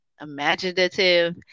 Imaginative